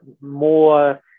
more